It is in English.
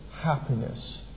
happiness